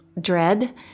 dread